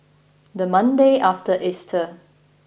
the Monday after Easter